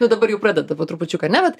nu dabar jau pradeda po trupučiuką ar ne bet